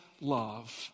love